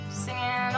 singing